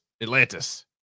atlantis